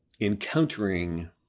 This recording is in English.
encountering